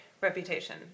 reputation